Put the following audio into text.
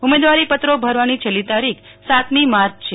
ઉમેદવારીપત્રો ભરવાની છેલ્લી તારીખ સાતમી માર્ય છે